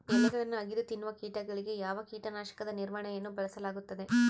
ಎಲೆಗಳನ್ನು ಅಗಿದು ತಿನ್ನುವ ಕೇಟಗಳಿಗೆ ಯಾವ ಕೇಟನಾಶಕದ ನಿರ್ವಹಣೆಯನ್ನು ಬಳಸಲಾಗುತ್ತದೆ?